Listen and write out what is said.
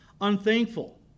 unthankful